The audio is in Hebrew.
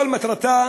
כל מטרתה